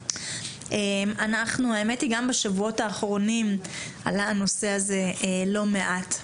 גם בשבועות האחרונים עלה הנושא הזה לא מעט.